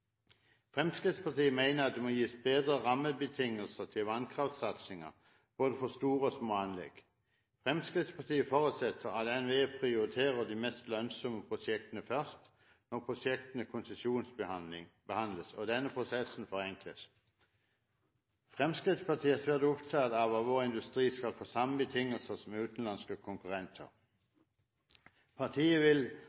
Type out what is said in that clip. Fremskrittspartiet mener det må gis bedre rammebetingelser til vannkraftsatsingen for både store og små anlegg. Fremskrittspartiet forutsetter at NVE prioriterer de mest lønnsomme prosjektene først når prosjektene konsesjonsbehandles, og at denne prosessen forenkles. Fremskrittspartiet er svært opptatt av at vår industri skal få samme betingelser som utenlandske konkurrenter.